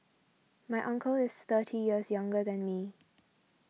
my uncle is thirty years younger than me